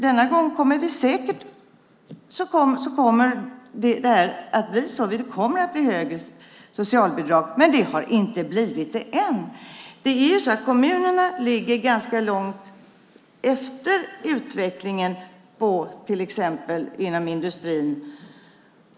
Denna gång kommer det att bli så. Behovet av socialbidrag kommer att öka, men det har inte gjort det än. Kommunerna ligger ganska långt efter utvecklingen inom till exempel industrin.